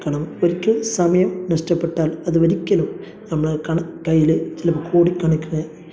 കാരണം ഒരിക്കൽ സമയം നഷ്ടപ്പെട്ടാൽ അതൊരിക്കലും നമ്മുടെ കണ് കൈയ്യിൽ ചിലപ്പോൾ കോടിക്കണക്കിന്